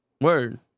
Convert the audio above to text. Word